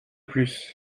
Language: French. plus